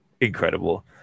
incredible